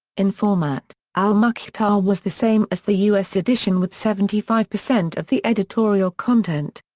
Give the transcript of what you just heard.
in format, al-mukhtar was the same as the u s. edition with seventy five percent of the editorial content.